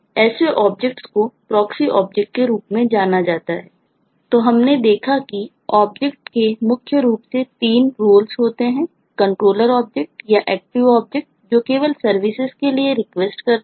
उसी समय यह DisplayPanel को Valve की स्टेट करते हैं